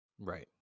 Right